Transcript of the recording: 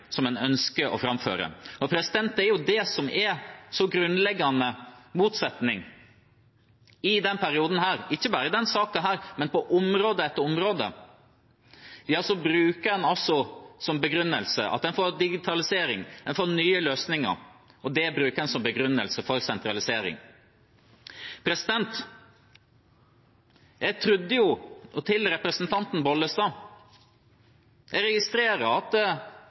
ideologien man ønsker å framføre. Og det er det som er den grunnleggende motsetningen i denne perioden. Ikke bare i denne saken, men på område etter område bruker man altså digitalisering, at man har fått nye løsninger, som begrunnelse for sentralisering. Til representanten Bollestad: Jeg registrerer at